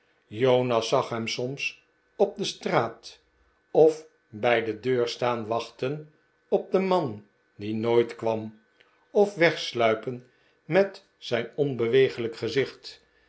jonas zag hem soms op de straat of bij de deur staan wachten op den man die nooit kwam of wegsluipen met zijn onbeweeglijk gezicht